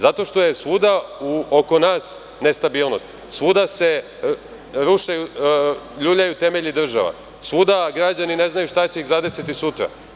Zato što je svuda oko nas nestabilnost, svuda se ljuljaju temelji država, svuda građani ne znaju šta će ih zadesiti sutra.